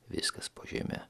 viskas po žeme